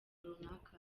runaka